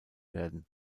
werden